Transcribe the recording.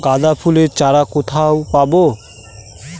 গাঁদা ফুলের চারা কোথায় পাবো?